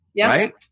Right